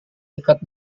dekat